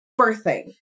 birthing